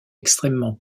extrêmement